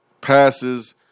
passes